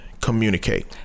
communicate